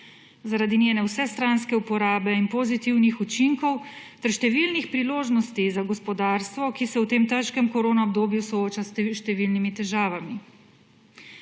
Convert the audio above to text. Zaradi njene vsestranske uporabe in pozitivnih učinkov ter številnih priložnosti za gospodarstvo, ki se v tem težkem korona obdobju sooča s številnimi težavami.